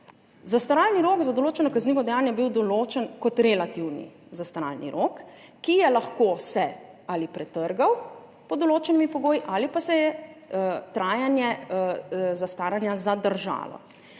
Zastaralni rok za določeno kaznivo dejanje je bil določen kot relativni zastaralni rok, ki je lahko ali se pretrgal pod določenimi pogoji ali se je trajanje zastaranja zadržalo.